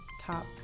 top